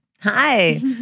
Hi